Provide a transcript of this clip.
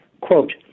Quote